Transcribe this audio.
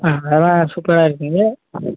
ஆ அதுதான் சூப்பரா இருக்குங்க